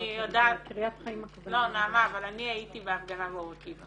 לא, נעמה, אבל אני הייתי בהפגנה באור עקיבא